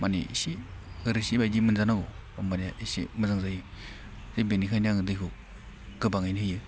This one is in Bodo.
माने इसे रोसि बायदि मोनजानांगौ होमबानिया एसे मोजां जायो बेनिखायनो आङो दैखौ गोबाङैनो होयो